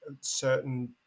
Certain